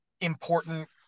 important